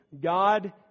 God